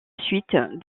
suite